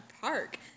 Park